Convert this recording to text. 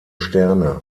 sterne